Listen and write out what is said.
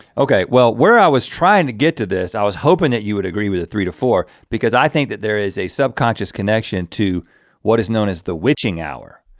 okay, well where i was trying to get to this i was hoping that you would agree with a three to four because i think that there is a subconscious connection to what is known as the witching hour,